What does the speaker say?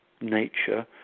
nature